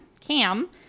cam